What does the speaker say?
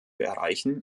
erreichen